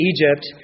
Egypt